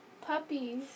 puppies